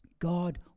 god